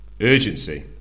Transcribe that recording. urgency